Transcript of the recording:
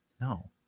no